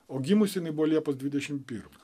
o gimusi jinai buvo liepos dvidešimt pirmą